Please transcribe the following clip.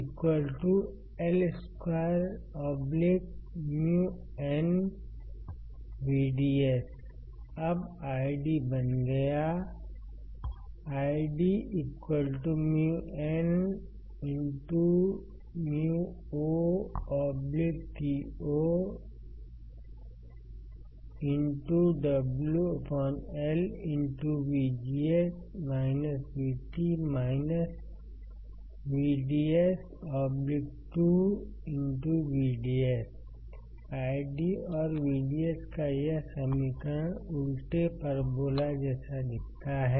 So t L2µnVDS अब ID बन गया IDµnεotoWLVGS VT VDS2VDS ID और VDS का यह समीकरण उलटे परबोला जैसा दिखता है